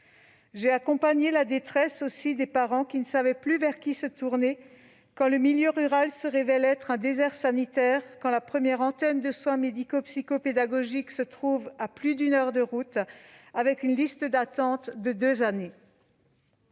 accompagné des parents en détresse : vers qui se tourner quand le milieu rural se révèle être un désert sanitaire et quand la première antenne de soins médico-psycho-pédagogique se trouve à plus d'une heure de route, avec une liste d'attente de deux années